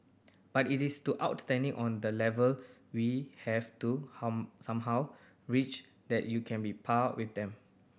but it is to outstanding on that level we have to somehow reach that you can be par with them